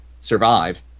survive